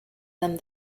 them